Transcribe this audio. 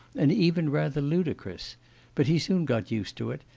and even rather ludicrous but he soon got used to it,